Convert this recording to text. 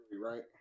Right